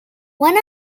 when